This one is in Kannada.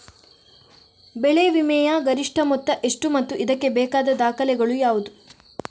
ಬೆಳೆ ವಿಮೆಯ ಗರಿಷ್ಠ ಮೊತ್ತ ಎಷ್ಟು ಮತ್ತು ಇದಕ್ಕೆ ಬೇಕಾದ ದಾಖಲೆಗಳು ಯಾವುವು?